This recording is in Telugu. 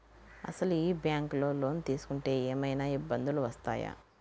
అసలు ఈ బ్యాంక్లో లోన్ తీసుకుంటే ఏమయినా ఇబ్బందులు వస్తాయా?